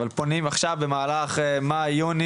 אבל פונים עכשיו במהלך מאי-יוני,